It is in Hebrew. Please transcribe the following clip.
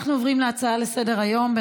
נעבור להצעה לסדר-היום מס' 9948,